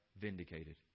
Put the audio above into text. vindicated